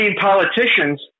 politicians